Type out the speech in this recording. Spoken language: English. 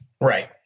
Right